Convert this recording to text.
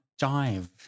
jive